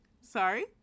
sorry